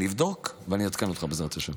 אני אבדוק ואני אעדכן אותך, בעזרת השם.